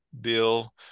Bill